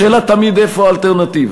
השאלה תמיד איפה האלטרנטיבה,